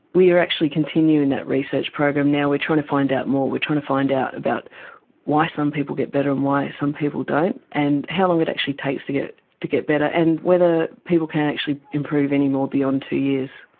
we are actually continuing in that research program now, we are trying to find out more, we're trying to find out about why some people get better and why some people don't. and how long it actually takes to get to get better and whether people can actually improve any more beyond two years.